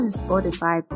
spotify